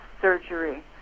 surgery